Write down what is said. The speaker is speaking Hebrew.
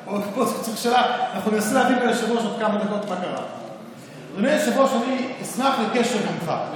אנחנו מנסים, אדוני היושב-ראש, אשמח לקשב ממך.